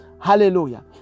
Hallelujah